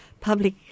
public